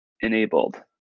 enabled